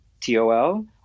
t-o-l